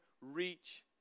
reach